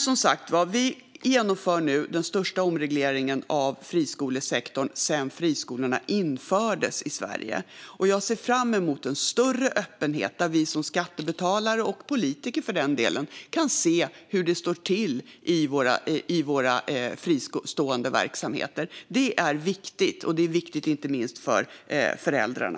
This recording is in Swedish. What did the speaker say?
Vi genomför nu som sagt den största omregleringen av friskolesektorn sedan friskolorna infördes i Sverige. Jag ser fram emot en större öppenhet så att vi som skattebetalare, och politiker för den delen, kan se hur det står till i våra fristående verksamheter. Det är viktigt, inte minst för föräldrarna.